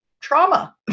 trauma